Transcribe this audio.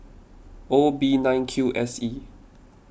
O B nine Q S E